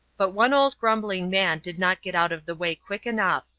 but one old grumbling man did not get out of the way quick enough,